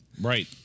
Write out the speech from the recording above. Right